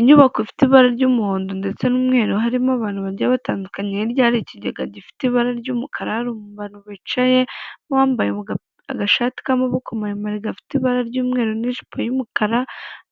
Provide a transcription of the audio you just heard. Inyubako ifite ibara ry'umuhondo ndetse n'umweru, harimo abantu bajyiye batandukaniye hirya hari ikigega gifite ibara ry'umukara hari abantu bicaye, n'uwambaye agashati k'amaboko maremare gafite ibara ry'umweru n'ijipo y'umukara,